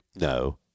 No